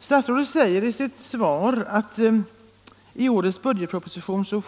Statsrådet säger i sitt svar att idrotten i årets budgetproposition föreslås